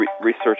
research